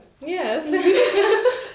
Yes